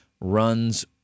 runs